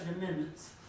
amendments